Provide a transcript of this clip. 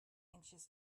anxious